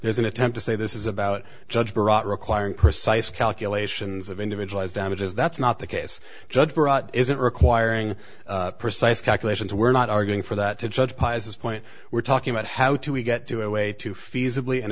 there's an attempt to say this is about judge bharat requiring precise calculations of individualized damages that's not the case judge brought isn't requiring precise calculations we're not arguing for that to judge pies this point we're talking about how to we get to a way to feasibly